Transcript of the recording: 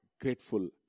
grateful